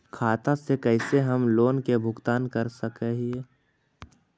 खाता से कैसे हम लोन के भुगतान कर सक हिय?